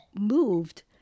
moved